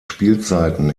spielzeiten